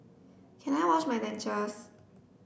can I wash my dentures